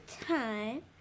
time